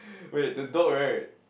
wait the dog right